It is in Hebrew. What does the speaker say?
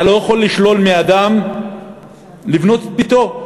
אתה לא יכול לשלול מאדם לבנות את ביתו,